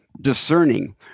discerning